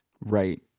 Right